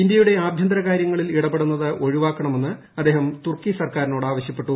ഇന്ത്യയുടെ ആഭ്യന്തര കാര്യങ്ങളിൽ ഇടപെടുന്നത് ഒഴിവാക്കണമെന്ന് അദ്ദേഹം തുർക്കി സർക്കാരിനോട് ആവശ്യപ്പെട്ടു